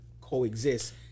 coexist